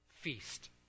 Feast